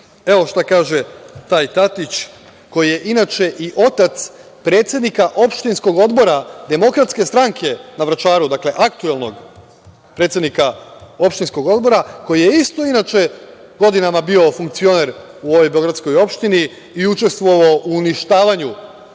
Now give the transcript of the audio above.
evo šta kaže taj Tatić koji je inače i otac predsednika opštinskog odbora DS na Vračaru, dakle, aktuelnog predsednika opštinskog odbora, koji je isto inače godinama bio funkcioner u ovoj beogradskoj opštini i učestvovao u uništavanju